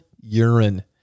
urine